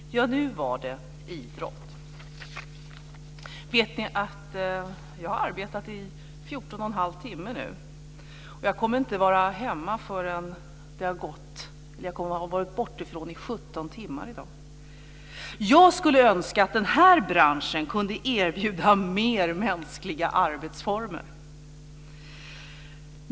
Fru talman! Nu var det idrott. Vet ni att jag har arbetat i 141⁄2 timme nu? Jag kommer att vara hemifrån i 17 timmar i dag. Jag skulle önska att den här branschen kunde erbjuda mer mänskliga arbetsformer.